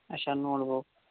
اچھا note book